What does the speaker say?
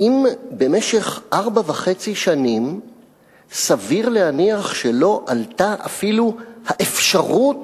האם במשך ארבע שנים וחצי סביר להניח שלא עלתה אפילו האפשרות